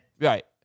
Right